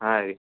ಹಾಂ ರೀ